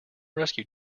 rescue